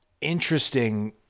interesting